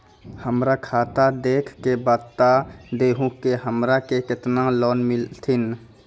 हमरा खाता देख के बता देहु के हमरा के केतना लोन मिलथिन?